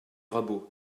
rabault